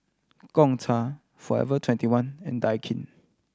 Gongcha Forever Twenty one and Daikin